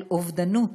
על אובדנות,